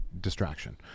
distraction